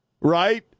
right